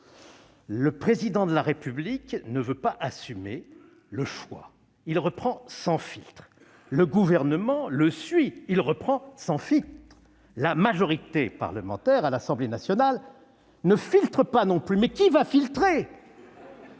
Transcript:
Le Président de la République ne veut pas assumer le choix ; il reprend « sans filtre ». Le Gouvernement le suit ; il reprend « sans filtre ». La majorité parlementaire à l'Assemblée nationale ne filtre pas non plus. Mais qui va filtrer ?